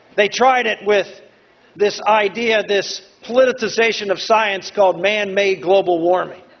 they tried it with this idea, this politicisation of science called man-made global warming.